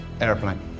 airplane